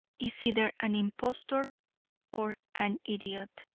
is either an impostor or an idiot.